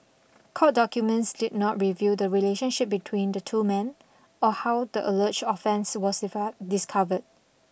court documents did not reveal the relationship between the two men or how the alleged offence was effect discovered